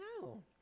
No